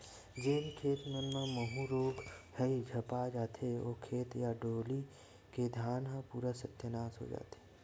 जेन खेत मन म माहूँ रोग ह झपा जथे, ओ खेत या डोली के धान ह पूरा सत्यानास हो जथे